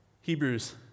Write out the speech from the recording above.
Hebrews